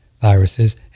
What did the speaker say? viruses